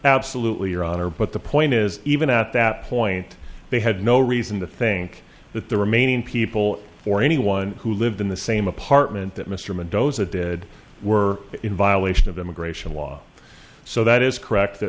absolutely your honor but the point is even at that point they had no reason to think that the remaining people for anyone who lived in the same apartment that mr meadows a did were in violation of immigration law so that is correct